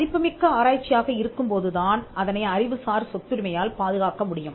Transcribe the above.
மதிப்புமிக்க ஆராய்ச்சியாக இருக்கும்போதுதான் அதனை அறிவுசார் சொத்துரிமையால் பாதுகாக்க முடியும்